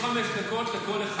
יש עוד חמש דקות לכל אחד.